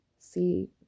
see